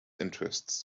interests